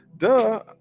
Duh